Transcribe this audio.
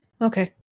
Okay